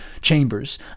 chambers